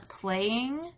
playing